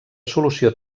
solució